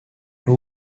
too